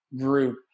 group